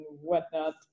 whatnot